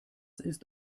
ist